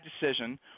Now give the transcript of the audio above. decision